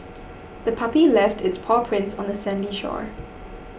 the puppy left its paw prints on the sandy shore